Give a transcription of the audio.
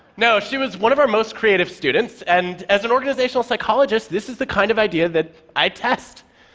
no, she was one of our most creative students, and as an organizational psychologist, this is the kind of idea that i test.